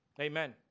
Amen